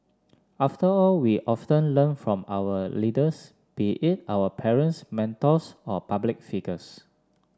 after all we often learn from our leaders be it our parents mentors or public figures